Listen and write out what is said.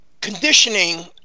conditioning